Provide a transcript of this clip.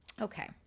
okay